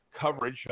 coverage